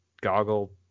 goggle